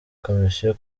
komisiyo